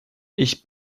ich